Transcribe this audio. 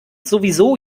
sowieso